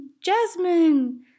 jasmine